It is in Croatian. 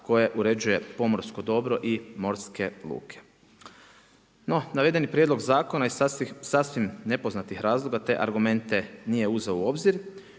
koje uređuje pomorsko dobro i morske luke. No navedeni prijedlog zakona, je iz sasvim nepoznatih razloga, te argumente nije uzeo u obzir,